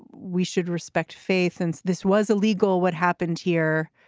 we should respect faith since this was illegal, what happened here?